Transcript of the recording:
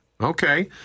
Okay